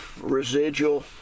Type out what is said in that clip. residual